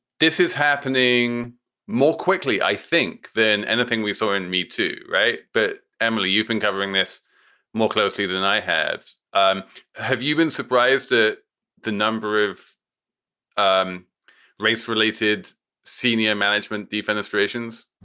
this is happening more quickly, i think, than anything we saw in me, too. right. but, emily, you've been covering this more closely than i have. um have you been surprised at the number of um race related senior management defense stations?